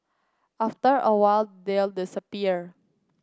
after a while they'll disappear